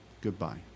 goodbye